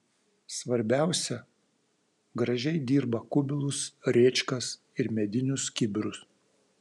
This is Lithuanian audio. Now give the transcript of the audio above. svarbiausia gražiai dirba kubilus rėčkas ir medinius kibirus